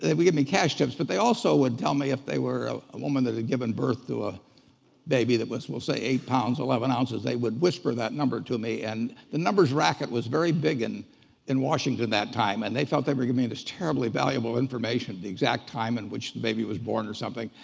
they would give me cash tips, but they also would tell me if they were a woman that had given birth to a baby that was, we'll say eight pounds, eleven ounces, they would whisper that number to me. and the numbers racket was very big and in washington at that time, and they thought they were giving me this terribly valuable information, the exact time in which the baby was born or something,